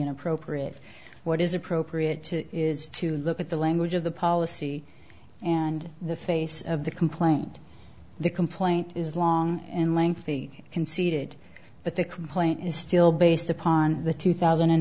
inappropriate what is appropriate to is to look at the language of the policy and the face of the complaint the complaint is long and lengthy conceded but the complaint is still based upon the two thousand and